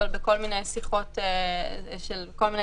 אבל בכל מיני שיחות של כל מיני